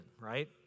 Right